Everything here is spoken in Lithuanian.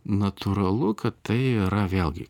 natūralu kad tai yra vėlgi